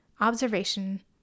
observation